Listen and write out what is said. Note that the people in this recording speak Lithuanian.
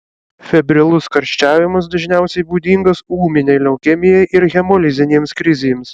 febrilus karščiavimas dažniausiai būdingas ūminei leukemijai ir hemolizinėms krizėms